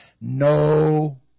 No